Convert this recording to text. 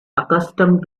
accustomed